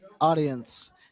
audience